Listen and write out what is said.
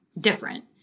different